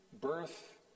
birth